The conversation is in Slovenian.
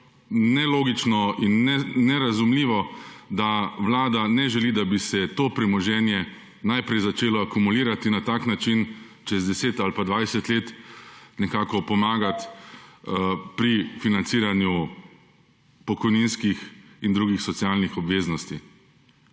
nelogično in nerazumljivo, da vlada ne želi, da bi se to premoženje najprej začelo akumulirati na tak način, čez 10 ali pa 20 let nekako pomagati pri financiranju pokojninskih in drugih socialnih obveznosti.